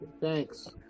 Thanks